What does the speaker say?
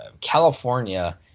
California